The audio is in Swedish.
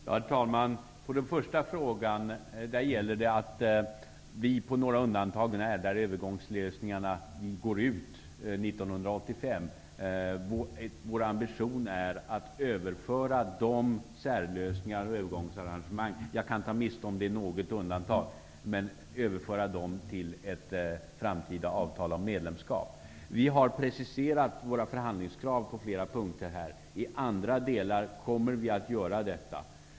Herr talman! På den första frågan gäller att vår ambition, på några undantag när, då övergångslösningarna slutar gälla 1995, är att överföra särlösningar och övergångsarrangemang -- jag kan ta miste på om det är något undantag -- till ett framtida avtal om medlemskap. Vi har preciserat våra förhandlingskrav på flera punkter. I andra delar kommer vi att göra detta.